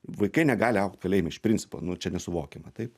vaikai negali augt kalėjime iš principo nu čia nesuvokiama taip